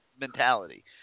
mentality